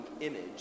image